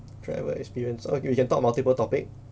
travel experience oh we can talk multiple topic